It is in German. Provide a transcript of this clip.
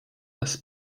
das